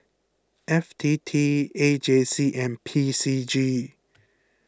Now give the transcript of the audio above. F T T A J C and P C G